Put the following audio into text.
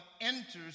enters